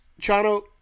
Chano